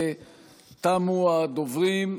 תמו הדוברים,